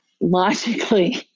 logically